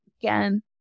again